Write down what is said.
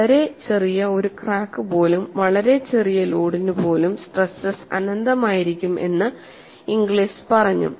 വളരെ ചെറിയ ഒരു ക്രാക്ക് പോലും വളരെ ചെറിയ ലോഡിന് പോലും സ്ട്രേസ്സസ് അനന്തമായിരിക്കും എന്ന് ഇംഗ്ലിസ് പറഞ്ഞു